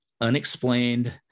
unexplained